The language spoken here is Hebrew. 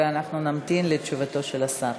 ואנחנו נמתין לתשובתו של השר.